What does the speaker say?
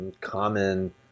common